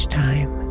time